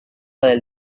del